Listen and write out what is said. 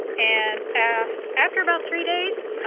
and ah after about three days